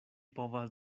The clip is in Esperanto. povas